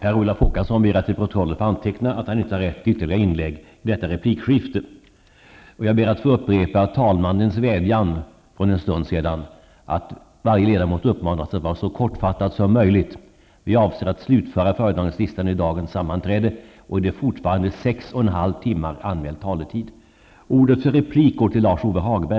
Jag ber att få upprepa talmannens vädjan för en stund sedan. Varje ledamot uppmanas att vara så kortfattad som möjligt. Vi avser att gå igenom hela föredragningslistan vid dagens sammanträde, och det är fortfarande sex och en halv timme anmäld taletid kvar.